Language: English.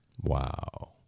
Wow